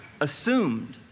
assumed